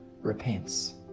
repents